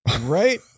Right